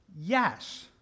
Yes